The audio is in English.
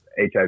HIV